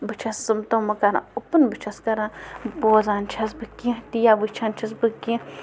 بہٕ چھَس یِم تِم کَران اوٚپٕن بہٕ چھَس کَران بوزان چھَس بہٕ کیٚنٛہہ ٹیپ وٕچھان چھَس بہٕ کیٚنٛہہ